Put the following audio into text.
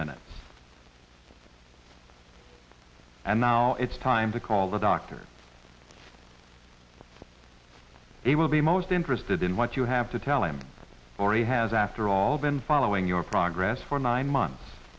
minutes and now it's time to call the doctor it will be most interested in what you have to tell him or he has after all been following your progress for nine months